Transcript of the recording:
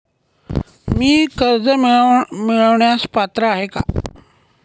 मी कर्ज मिळवण्यास पात्र आहे का?